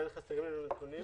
עדיין חסרים לנו נתונים.